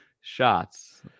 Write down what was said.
shots